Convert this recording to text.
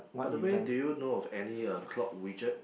by the way do you know of any uh clock widget